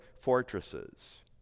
fortresses